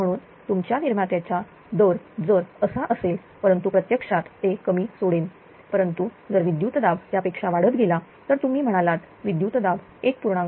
म्हणून तुमच्या निर्मात्याचा दर जर असा असेल परंतु प्रत्यक्षात ते कमी सोडेन परंतु जर विद्युतदाब त्यापेक्षा वाढत गेला जर तुम्ही म्हणालात विद्युतदाब 1